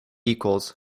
equals